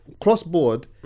Cross-board